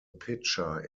pitcher